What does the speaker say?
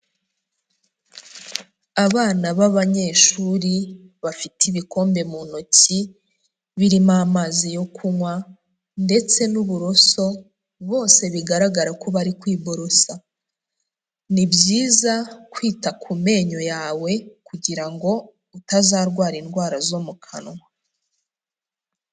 Abana b'abanyeshuri bafite ibikombe mu ntoki, birimo amazi yo kunywa ndetse n'uburoso bose bigaragara ko bari kwiborosa, ni byiza kwita ku menyo yawe kugira ngo utazarwara indwara zo mu kanwa.